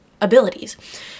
abilities